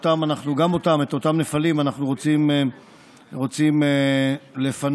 וגם את אותם נפלים אנחנו רוצים לפנות.